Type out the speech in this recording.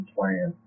Plan